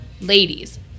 ladies